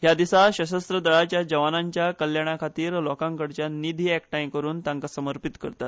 ह्या दिसा सशस्त्र दळाच्या जवानांच्या कल्याणा खातीर लोकां कडल्यान निधी एकठांय करून तांकां समर्पीत करतात